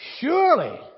surely